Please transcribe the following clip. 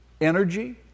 Energy